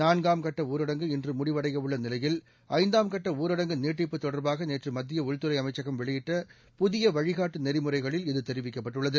நான்காம் கட்ட ஊரடங்கு இன்று முடிவடையவுள்ள நிலையில் ஐந்தாம் கட்ட ஊரடங்கு நீட்டிப்பு தொடர்பாக மத்திய உள்துறை அமைச்சகம் புதிய வழிகாட்டு நெறிமுறைகளை நேற்று வெளியிட்டுள்ளது